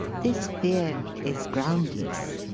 this fear is groundless.